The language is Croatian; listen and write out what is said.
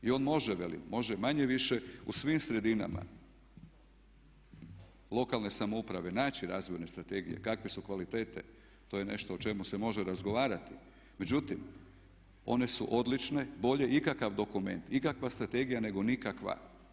I on može manje-više u svim sredinama lokalne samouprave naći razvojne strategije kakve su kvalitete, to je nešto o čemu se može razgovarati, međutim one su odlične, bolje ikakav dokument, ikakva strategija neko nikakva.